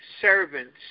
servants